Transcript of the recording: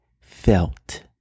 felt